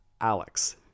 Alex